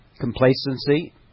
complacency